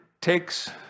takes